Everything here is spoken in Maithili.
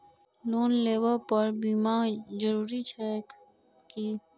लोन लेबऽ पर बीमा जरूरी छैक की?